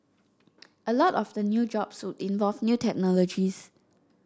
a lot of the new jobs would involve new technologies